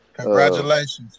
Congratulations